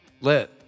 Lit